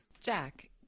Jack